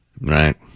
Right